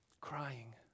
crying